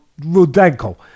Rudenko